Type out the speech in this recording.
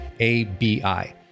A-B-I